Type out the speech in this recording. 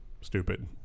stupid